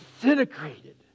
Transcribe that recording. disintegrated